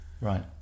Right